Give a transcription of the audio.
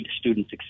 students